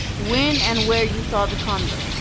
when and where you saw the conduct,